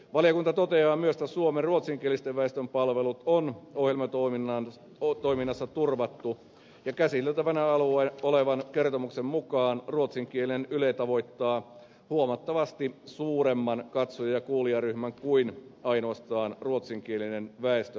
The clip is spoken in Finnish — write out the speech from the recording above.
valiokunta toteaa myös että suomen ruotsinkielisen väestön palvelut on ohjelmatoiminnassa turvattu ja käsiteltävänä olevan kertomuksen mukaan ruotsinkielinen yle tavoittaa huomattavasti suuremman katsoja ja kuulijaryhmän kuin ainoastaan ruotsinkielisen väestönosan